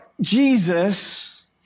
Jesus